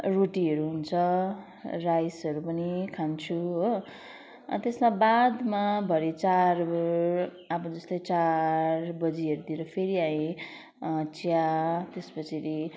रोटीहरू हुन्छ राइसहरू पनि खान्छु हो त्यसमा बादमा भरे चार अब जस्तै चार बजीहरूतिर फेरि आइ चिया त्यस पछाडि